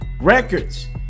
records